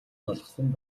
болгосон